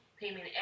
payment